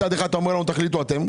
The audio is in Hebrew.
מצד אחד אתה אומר לנו: תחליטו אתם.